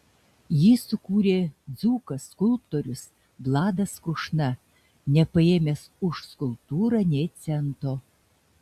jį sukūrė dzūkas skulptorius vladas krušna nepaėmęs už skulptūrą nė cento